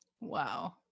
Wow